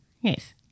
Yes